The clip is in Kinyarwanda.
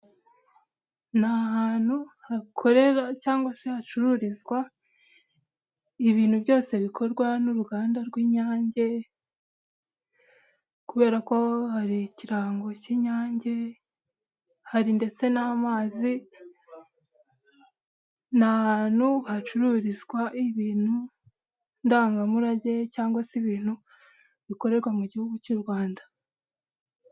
Ni ahantu hakorera cyangwa se hacururizwa ibintu byose bikorwa n'uruganda rw'Inyange, kubera ko hari ikirango cy'Inyange hari ndetse n'amazi, ni ahantu hacururizwa ibintu ndangamurage cyangwa se ibintu bikorerwa mu gihugu cy'u Rwanda.